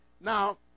Now